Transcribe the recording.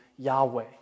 Yahweh